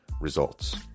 results